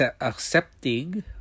accepting